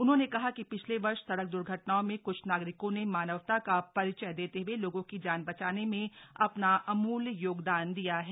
उन्होंने कहा कि पिछले वर्ष सड़क द्र्घटनाओं में क्छ नागरिकों ने मानवता का परिचय देते हुए लोगों की जान बचाने में अपना अमूल्य योगदान दिया है